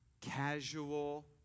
casual